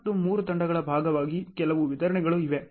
ಮತ್ತು ಮೂರು ತಂಡಗಳ ಭಾಗವಾಗಿ ಕೆಲವು ವಿತರಣೆಗಳು ಇವೆ